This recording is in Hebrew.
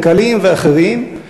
כלכליים ואחרים,